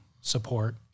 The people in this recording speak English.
support